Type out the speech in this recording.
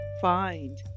find